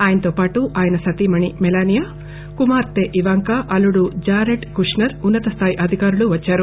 ఆయనతో పాటు ఆయన సతీమణి మెలానీయా కుమార్తె ఇవాంక అల్లుడు జారెడ్ కుశ్నేర్ ఉన్న తస్థాయి అధికారులు వచ్చారు